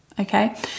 Okay